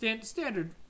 standard